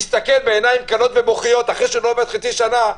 יסתכל בעיניים כלות ובוכיות אחרי שלא עבד חצי שנה,